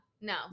no